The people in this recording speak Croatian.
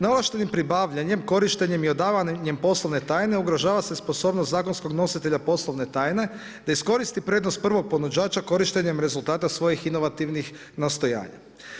Neovlaštenim pribavljanjem, korištenjem i odavanjem poslovne tajne ugrožava se sposobnost zakonskog nositelja poslovne tajne da iskoristi prednost prvog ponuđača korištenjem rezultata svojih inovativnih nastojanja.